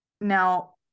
Now